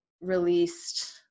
released